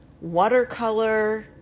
watercolor